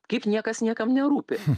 kaip niekas niekam nerūpi